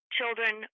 children